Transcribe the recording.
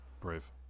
Brave